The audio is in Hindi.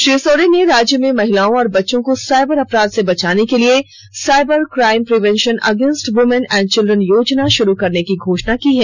श्री सोरेन ने राज्य में महिलाओं और बच्चों को साइबर अपराध से बचाने के लिए cyber crime prevention against women and children योजना शुरू करने की घोषणा की है